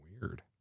weird